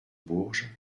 bourges